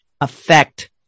affect